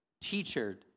teacher